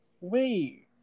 Wait